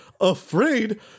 afraid